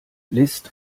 list